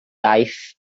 aeth